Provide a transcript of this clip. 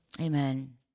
Amen